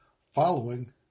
following